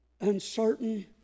uncertain